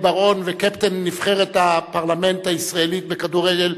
בר-און וקפטן נבחרת הפרלמנט הישראלי בכדורגל,